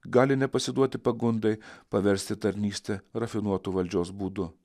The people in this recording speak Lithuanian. gali nepasiduoti pagundai paversti tarnystę rafinuotu valdžios būdu